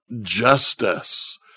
justice